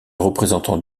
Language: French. représentant